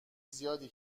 زیادی